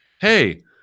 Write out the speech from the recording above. hey